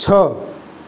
છ